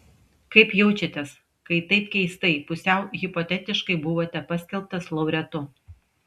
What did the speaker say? kaip jaučiatės kai taip keistai pusiau hipotetiškai buvote paskelbtas laureatu